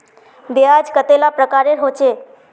ब्याज कतेला प्रकारेर होचे?